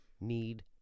need